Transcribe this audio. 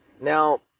Now